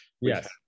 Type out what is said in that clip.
Yes